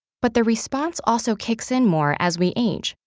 but the response also kicks in more as we age,